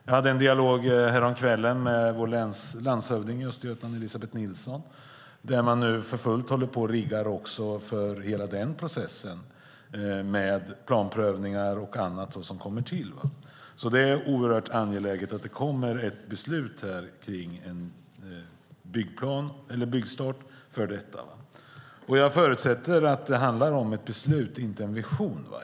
Jag hade en dialog häromkvällen med vår landshövding i Östergötland Elisabeth Nilsson. Man håller nu på fullt att rigga för hela processen med planprövningar och annat som kommer till. Det är oerhört angeläget att det kommer ett beslut om en byggstart. Jag förutsätter att det handlar om ett beslut och inte en vision.